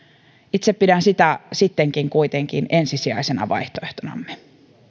itse kuitenkin pidän sitä sittenkin ensisijaisena vaihtoehtonamme